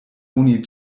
oni